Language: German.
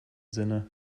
sinne